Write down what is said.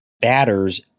batters